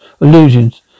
illusions